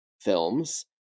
films